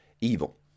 evil